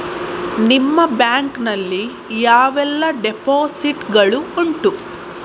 ನಿಮ್ಮ ಬ್ಯಾಂಕ್ ನಲ್ಲಿ ಯಾವೆಲ್ಲ ಡೆಪೋಸಿಟ್ ಗಳು ಉಂಟು?